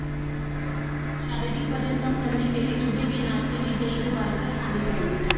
शारीरिक वजन कम करने के लिए सुबह के नाश्ते में जेई उबालकर खाने चाहिए